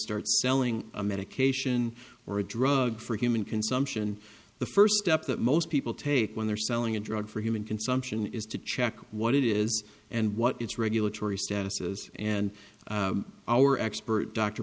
start selling a medication or a drug for human consumption the first step that most people take when they're selling a drug for human consumption is to check what it is and what its regulatory statuses and our expert dr